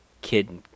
Kid